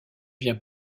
viens